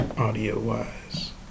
Audio-wise